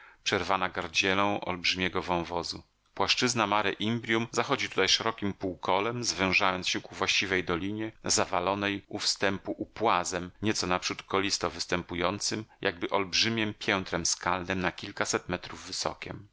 przerwana gardzielą olbrzymiego wąwozu płaszczyzna mare imbrium zachodzi tutaj szerokiem półkolem zwężając się ku właściwej dolinie zawalonej u wstępu upłazem nieco naprzód kolisto występującym jakby olbrzymiem piętrem skalnem na kilkaset metrów wysokiem